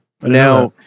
now